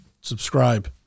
Subscribe